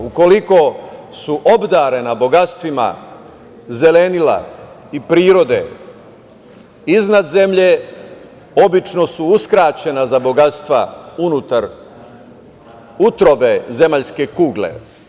Ukoliko su obdarena bogatstvima zelenila i prirode iznad zemlje, obično su uskraćena za bogatstva unutar utrobe zemaljske kugle.